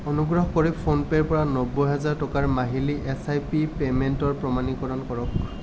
অনুগ্ৰহ কৰি ফোনপে'ৰপৰা নব্বৈ হাজাৰ টকাৰ মাহিলী এছ আই পি পে'মেণ্টৰ প্ৰমাণীকৰণ কৰক